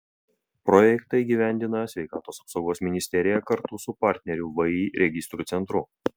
projektą įgyvendina sveikatos apsaugos ministerija kartu su partneriu vį registrų centru